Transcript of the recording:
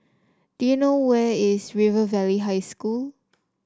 do you know where is River Valley High School